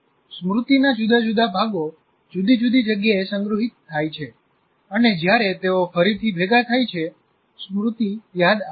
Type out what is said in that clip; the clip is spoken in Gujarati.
સ્મૃતિના જુદા જુદા ભાગો જુદી જુદી જગ્યાએ સંગ્રહિત થાય છે અને જ્યારે તેઓ ફરીથી ભેગા થાય છે સ્મૃતિ યાદ આવે છે